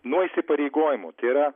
nuo įsipareigojimų tai yra